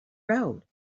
road